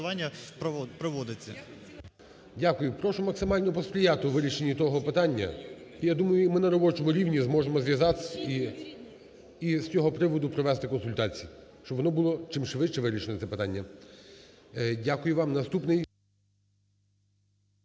Дякую. Прошу максимально посприяти у вирішенні того питання. Я думаю ми на робочому рівні зможемо зв'язатись і з цього приводу провести консультації. Щоб воно було чимшвидше вирішено це питання. Дякую вам.